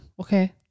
Okay